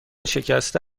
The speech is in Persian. شکسته